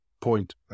point